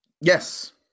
Yes